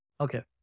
Okay